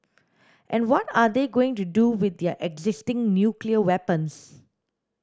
and what are they going to do with their existing nuclear weapons